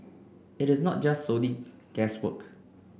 it is not just solely guesswork